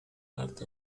part